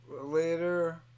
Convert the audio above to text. later